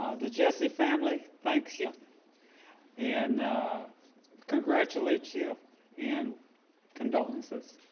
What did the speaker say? the jessie family thanks you and congratulates you and condolences.